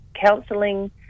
counselling